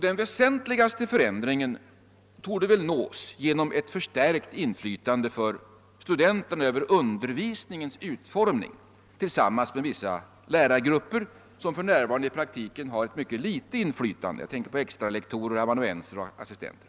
Den väsenligaste förändringen där torde kunna nås genom ett förstärkt inflytande för studenterna över undervisningens utformning, tillsammans med vissa lärargrupper som för närvarande i prak tiken har mycket litet inflytande. Jag tänker här på extralektorer, amanuenser och assistenter.